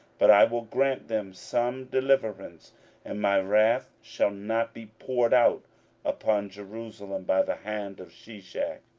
but i will grant them some deliverance and my wrath shall not be poured out upon jerusalem by the hand of shishak.